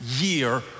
year